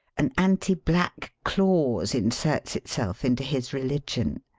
an anti-black clause inserts itself into his religion.